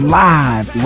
live